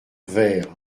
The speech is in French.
vayres